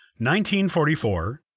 1944